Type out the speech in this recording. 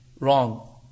wrong